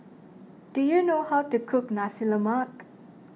do you know how to cook Nasi Lemak